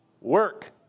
work